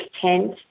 tent